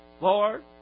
Lord